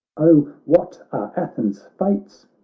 oh, what are athens' fates?